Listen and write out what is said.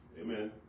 Amen